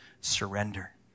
surrender